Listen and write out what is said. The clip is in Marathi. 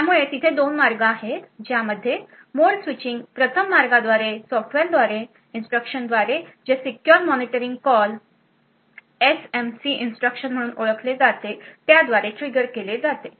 त्यामुळे तिथे दोन मार्ग आहेत ज्यामध्ये मोड स्विचिंग प्रथम मार्ग द्वारे सॉफ्टवेअरद्वारे इन्स्ट्रक्शन द्वारे जे सिक्योर मॉनिटरींग कॉलएसएमसीइन्स्ट्रक्शन म्हणून ओळखले जाते त्याद्वारे ट्रिगर केले जाते